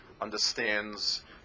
understands